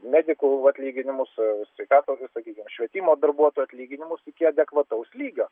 medikų atlyginimus sveikatos ir sakykim švietimo darbuotojų atlyginimus iki adekvataus lygio